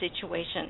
situation